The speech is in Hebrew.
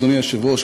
אדוני היושב-ראש,